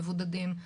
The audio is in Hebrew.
מבודדים,